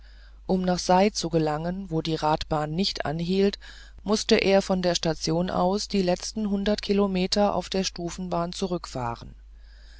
um nach sei zu gelangen wo die radbahn nicht anhielt mußte er von der station aus die letzten hundert kilometer auf der stufenbahn zurückfahren